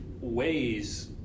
ways